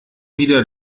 wieder